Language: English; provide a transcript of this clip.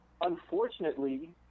unfortunately